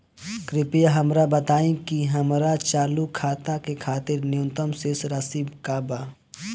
कृपया हमरा बताइ कि हमार चालू खाता के खातिर न्यूनतम शेष राशि का बा